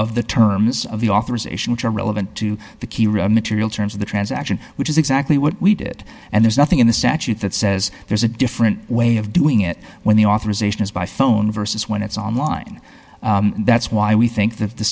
of the terms of the authorization which are relevant to the key material terms of the transaction which is exactly what we did and there's nothing in the statute that says there's a different way of doing it when the authorization is by phone versus when it's online that's why we think that the